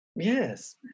Yes